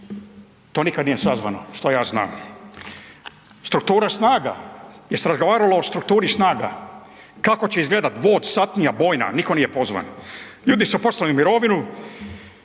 to nikad nije sazvano što ja znam. Struktura snaga, jel se razgovaralo o strukturi snaga? Kako će izgledat vod, satnija, bojna, niko nije pozvan. Ljudi su poslani u mirovinu